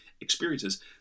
experiences